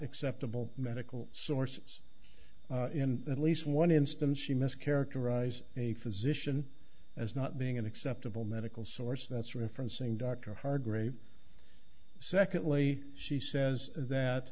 acceptable medical sources in at least one instance she must characterize a physician as not being an acceptable medical source that's referencing dr hargrave secondly she says that